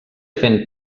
fent